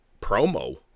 promo